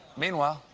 meanwhile,